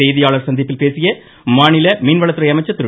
செய்தியாளர் சந்திப்பில் பேசிய மாநில மீன்வளத்துறை அமைச்சர் திரு